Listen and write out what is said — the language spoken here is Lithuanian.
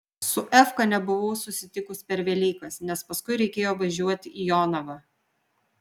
su efka nebuvau susitikus per velykas nes paskui reikėjo važiuoti į jonavą